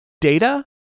data